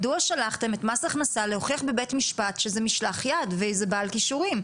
מדוע שלחתם את מס הכנסה להוכיח בבית משפט שזה משלח יד וזה בעל כישורים?